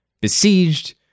besieged